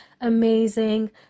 amazing